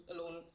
alone